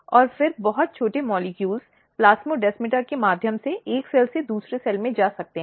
और फिर बहुत छोटे अणु प्लाज़्मास्मेटा के माध्यम से एक सेल से दूसरे सेल में जा सकते हैं